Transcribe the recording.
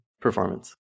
performance